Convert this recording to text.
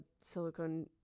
silicone